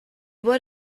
what